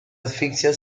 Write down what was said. asfixia